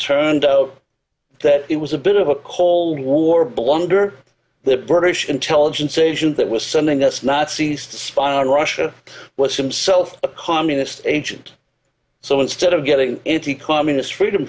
turned out that it was a bit of a cold war blunder the british intelligence agent that was sending us nazis to spy on russia was himself a communist agent so instead of getting the communist freedom